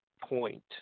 point